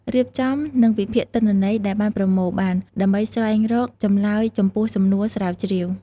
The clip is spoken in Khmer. រៀបចំ និងវិភាគទិន្នន័យដែលបានប្រមូលបាន ដើម្បីស្វែងរកចម្លើយចំពោះសំណួរស្រាវជ្រាវ។